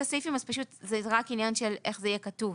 הסעיפים זה רק עניין של איך זה יהיה כתוב,